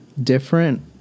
different